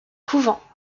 couvent